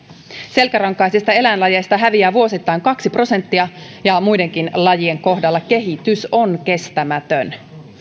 selkärankaisista eläinlajeista häviää vuosittain kaksi prosenttia ja muidenkin lajien kohdalla kehitys on kestämätön